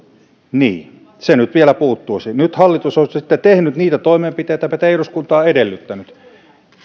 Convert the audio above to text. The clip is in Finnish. niin se nyt vielä puuttuisi nyt hallitus on sitten tehnyt niitä toimenpiteitä joita tämä eduskunta on edellyttänyt